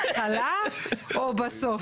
בהתחלה או בסוף?